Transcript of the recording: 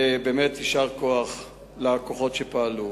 ויישר כוח לכוחות שפעלו.